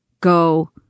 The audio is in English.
go